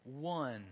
one